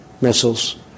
missiles